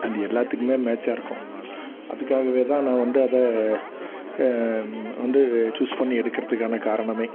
அது எல்லாத்துக்கும் மேட்ச்சா இருக்கும் அதுக்காகவே தான் நான் வந்து அதை வந்து ச்சூஸ் பண்ணி எடுக்கிறதுக்கான காரணமே